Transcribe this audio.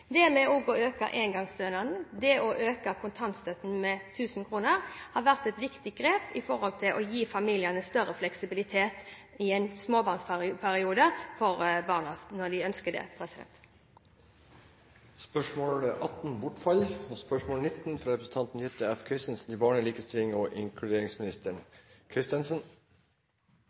Å øke engangsstønaden og å øke kontantstøtten med 1 000 kr har vært viktige grep for å gi familiene større fleksibilitet i en småbarnsperiode, når de ønsker det.